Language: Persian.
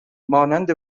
مانند